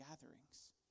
gatherings